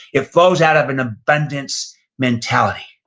it flows out of an abundance mentality